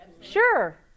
Sure